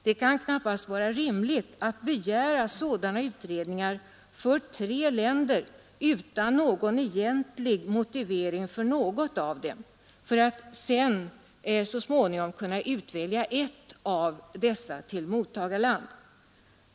Det kan knappast vara rimligt att begära sådana utredningar, för tre länder utan egentlig motivering för något av dem, för att så småningom kunna utvälja ett av dessa till mottagarland.